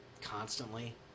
constantly